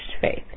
faith